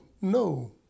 no